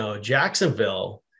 Jacksonville